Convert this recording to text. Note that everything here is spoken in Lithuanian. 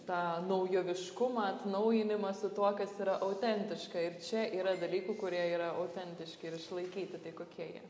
tą naujoviškumą atnaujinimą su tuo kas yra autentiška ir čia yra dalykų kurie yra autentiški ir išlaikyti tai kokie jie